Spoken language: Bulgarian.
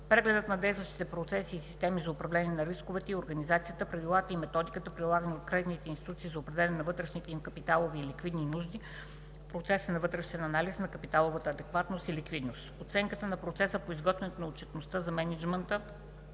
прегледът на действащите процеси и системи за управление на рисковете и организацията, правилата и методиката, прилагани от кредитните институции за определяне на вътрешните им капиталови и ликвидни нужди в процеса на вътрешен анализ на капиталовата адекватност и ликвидност; - оценката на процеса по изготвянето на отчетността за мениджмънта